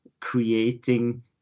creating